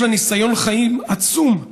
יש לה ניסיון חיים עצום,